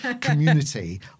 community